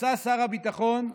נסע שר הביטחון,